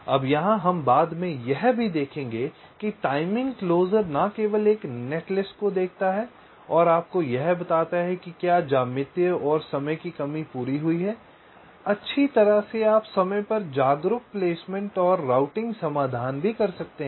अब यहाँ हम बाद में यह भी देखेंगे कि टाइमिंग क्लोज़र न केवल एक नेटलिस्ट को देखता है और आपको यह बताता है कि क्या ज्यामितीय और समय की कमी पूरी हुई है अच्छी तरह से आप समय पर जागरूक प्लेसमेंट और राउटिंग समाधान भी कर सकते हैं